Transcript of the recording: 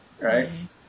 Right